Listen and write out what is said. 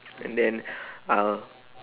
and then uh